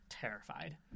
Terrified